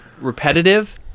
repetitive